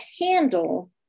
handle